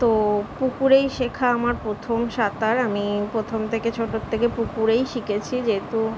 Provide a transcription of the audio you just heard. তো পুকুরেই শেখা আমার প্রথম সাঁতার আমি প্রথম থেকে ছোট থেকে পুকুরেই শিখেছি যেহেতু